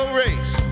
race